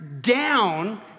down